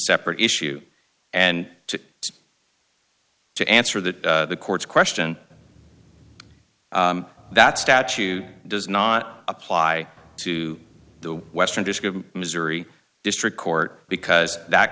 separate issue and to to answer that the court's question that statute does not apply to the western missouri district court because that